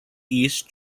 east